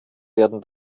werden